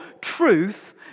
truth